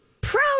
proud